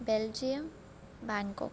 Belgium Bangkok